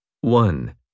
One